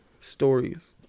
stories